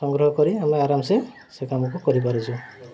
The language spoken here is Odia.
ସଂଗ୍ରହ କରି ଆମେ ଆରାମସେ ସେ କାମକୁ କରିପାରିଛୁ